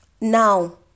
now